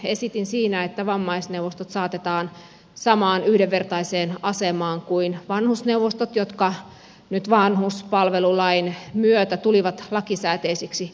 esitin siinä että vammaisneuvostot saatetaan samaan yhdenvertaiseen asemaan kuin vanhusneuvostot jotka nyt vanhuspalvelulain myötä tulivat lakisääteisiksi suomessa